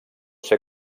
ser